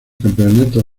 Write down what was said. campeonato